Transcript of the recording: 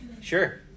Sure